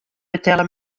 betelle